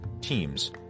teams